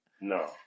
No